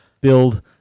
build